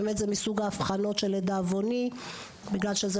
באמת זה מסוג האבחנות שלדאבוני בגלל שזה